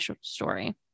story